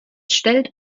stellt